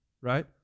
right